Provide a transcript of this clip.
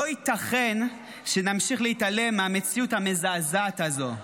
לא ייתכן שנמשיך להתעלם מהמציאות המזעזעת הזו.